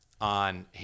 on